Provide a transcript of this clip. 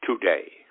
Today